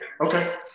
okay